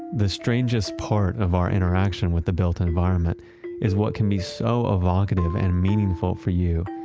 the strangest part of our inner action with the built environment is what can be so evocative and meaningful for you.